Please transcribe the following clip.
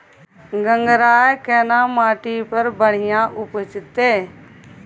गंगराय केना माटी पर बढ़िया उपजते?